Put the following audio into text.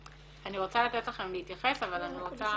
אני רוצה לתת לכם להתייחס אבל אני רוצה